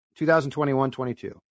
2021-22